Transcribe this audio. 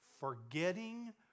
Forgetting